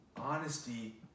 honesty